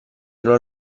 una